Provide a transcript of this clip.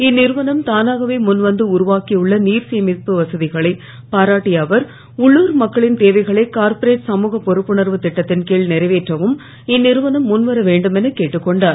இந்நிறுவனம் தானாகவே முன்வந்து உருவாக்கியுள்ள நீர் சேமிப்பு வசதிகளை பாராட்டிய அவர் உள்ளூர் மக்களின் தேவைகளை கார்பொரேட் சமூக பொறுப்புணர்வு திட்டத்தின் கீழ் நிறைவேற்றவும் இந்நிறுவனம் முன்வரவேண்டும் எனக் கேட்டுக்கொண்டார்